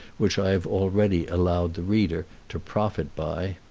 which i have already allowed the reader to profit by.